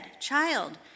Child